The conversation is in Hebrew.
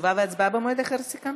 תשובה והצבעה במועד אחר, סוכם?